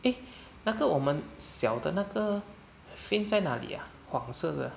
eh 那个我们小的那个 fin 在哪里 ah 黄色的